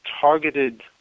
targeted